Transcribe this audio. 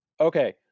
Okay